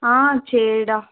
ஆ சரிடா